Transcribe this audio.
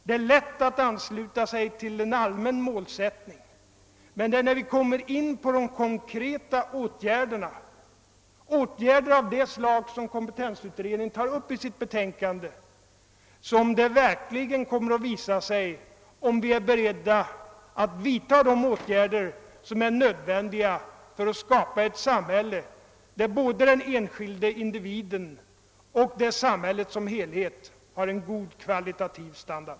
Det är lätt att ansluta sig till en allmän målsättning, men det är när vi kommer in på de konkreta åtgärderna — åtgärder av det slag som kompetensutredningen tar upp i sitt betänkande — som det verkligen kommer att visa sig, om vi är beredda att vidta de åtgärder som är nödvändiga för att skapa ett samhälle där både den enskilde individen och samhället som helhet har en god kvalitativ standard.